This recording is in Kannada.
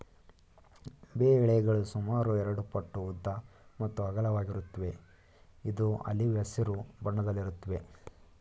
ಬೇ ಎಲೆಗಳು ಸುಮಾರು ಎರಡುಪಟ್ಟು ಉದ್ದ ಮತ್ತು ಅಗಲವಾಗಿರುತ್ವೆ ಇದು ಆಲಿವ್ ಹಸಿರು ಬಣ್ಣದಲ್ಲಿರುತ್ವೆ